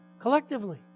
Collectively